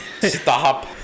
stop